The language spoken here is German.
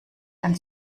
denn